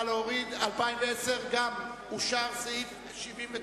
סעיף 79,